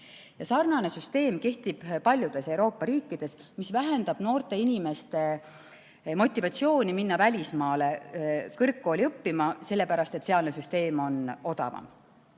Selline süsteem kehtib paljudes Euroopa riikides ja see vähendab noorte inimeste motivatsiooni minna välismaale kõrgkooli õppima, sellepärast et sealne süsteem on odavam.